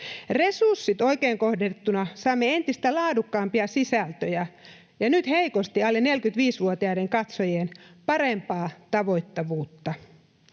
Resurssit oikein kohdennettuina saamme entistä laadukkaampia sisältöjä ja nyt heikosti alle 45-vuotiaiden katsojien parempaa tavoittavuutta.